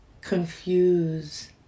confuse